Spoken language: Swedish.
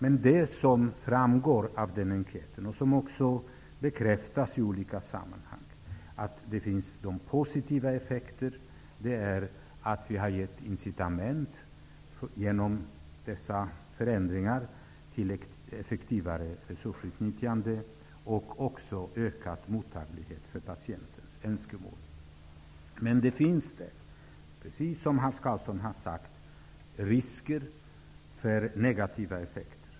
Av enkäten framgår, vilket också bekräftas i olika sammanhang, att de positiva effekterna är att vi genom dessa förändringar skapat incitament för ett effektivare resursutnyttjande och även för en större mottaglighet för patientens önskemål. Men det finns, precis som Hans Karlsson sade, risk för negativa effekter.